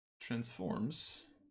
transforms